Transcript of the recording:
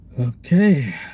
Okay